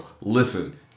Listen